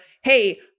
hey